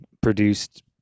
produced